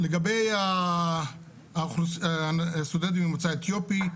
לגבי סטודנטים ממוצא אתיופי,